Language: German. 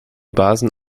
basen